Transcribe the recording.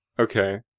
Okay